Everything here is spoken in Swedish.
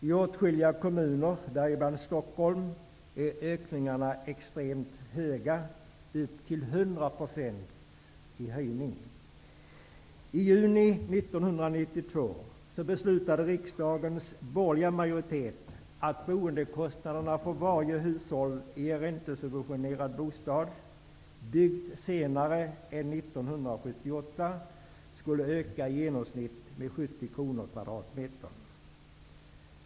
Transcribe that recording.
I åtskilliga kommuner -- däribland Stockholm -- är ökningarna extremt stora. Det rör sig om höjningar på upp till 100 %. 1978 -- skall öka i genomsnitt med 70 kr per kvadratmeter.